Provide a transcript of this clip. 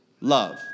love